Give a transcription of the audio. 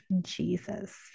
Jesus